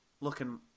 looking